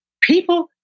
People